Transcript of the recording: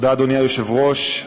אדוני היושב-ראש,